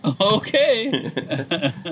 Okay